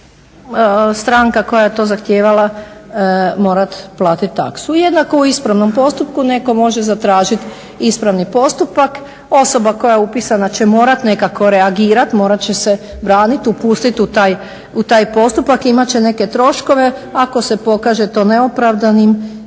će stranka koja je to zahtijevala morati platiti taksu. Jednako u ispravnom postupku netko može zatražiti ispravni postupak, osoba koja je upisana će morati nekako reagirati morat će se braniti, upustiti u taj postupak, imat će neke troškove. Ako se pokaže to neopravdanim